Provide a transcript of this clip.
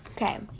Okay